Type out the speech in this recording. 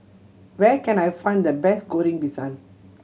where can I find the best Goreng Pisang